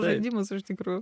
žaidimas iš tikrųjų